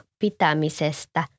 pitämisestä